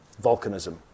volcanism